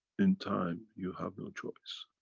in time you have no choice.